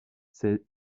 ces